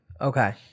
okay